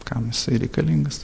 kam jisai reikalingas